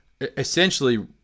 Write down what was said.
essentially